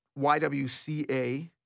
YWCA